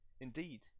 Indeed